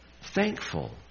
thankful